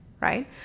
right